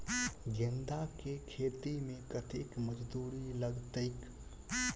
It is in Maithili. गेंदा केँ खेती मे कतेक मजदूरी लगतैक?